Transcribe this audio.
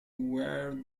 were